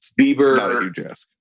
Bieber